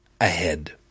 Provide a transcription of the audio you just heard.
ahead